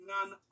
None